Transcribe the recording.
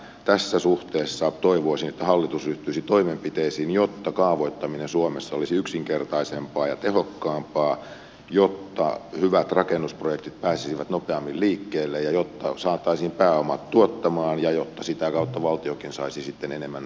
tässä suhteessa toivoisin että hallitus ryhtyisi toimenpiteisiin jotta kaavoittaminen suomessa olisi yksinkertaisempaa ja tehokkaampaa jotta hyvät rakennusprojektit pääsisivät nopeammin liikkeelle ja jotta saataisiin pääomat tuottamaan ja jotta sitä kautta valtiokin saisi sitten enemmän verotuloja